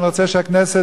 ואני רוצה שהכנסת